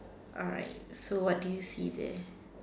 alright so what do you see there